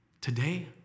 Today